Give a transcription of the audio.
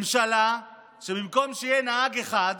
ממשלה שבמקום שיהיה נהג אחד,